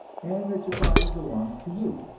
and that your body belongs to you,